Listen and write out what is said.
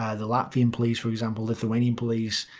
ah the latvian police for example, lithuanian police,